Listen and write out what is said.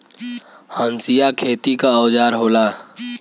हंसिया खेती क औजार होला